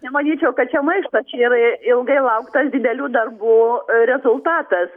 nemanyčiau kad čia maištas čia yra ilgai lauktas didelių darbų rezultatas